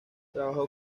trabajó